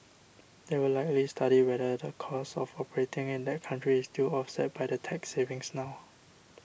they will likely study whether the cost of operating in that country is still offset by the tax savings now